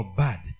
bad